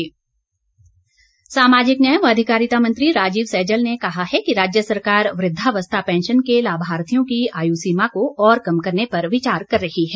सैजल सामाजिक न्याय व अधिकारिता मंत्री राजीव सैजल ने कहा है कि राज्य सरकार वृद्धावस्था पैंशन के लाभार्थियों की आयु सीमा को और कम करने पर विचार कर रही है